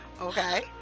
Okay